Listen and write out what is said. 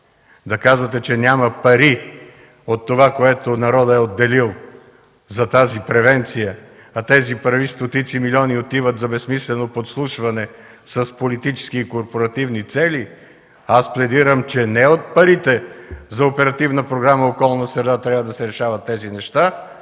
да казвате, че няма пари от това, което народът е отделил за тази превенция, а тези пари, стотици милиони отиват за безсмислено подслушване с политически и корпоративни цели. Аз пледирам, че не от парите за Оперативна програма „Околна